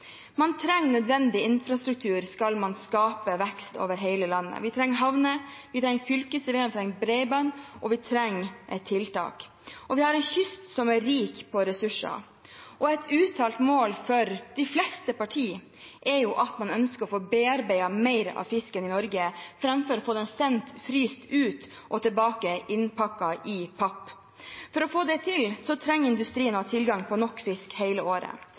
Man trenger nødvendig infrastruktur skal man skape vekst over hele landet. Vi trenger havner, vi trenger fylkesveier, vi trenger bredbånd – vi trenger tiltak. Vi har en kyst som er rik på ressurser. Et uttalt mål for de fleste partier er at man ønsker å få bearbeidet mer av fisken i Norge framfor å få den sendt ut fryst og få den tilbake innpakket i papp. For å få det til trenger industrien å ha tilgang på nok fisk hele året.